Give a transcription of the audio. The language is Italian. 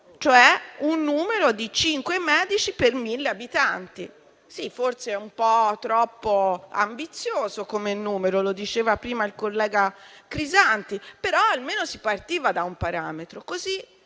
cioè un numero di cinque medici per mille abitanti. Forse è un po' troppo ambizioso come numero - lo diceva prima il collega Crisanti - però almeno si partiva da un parametro.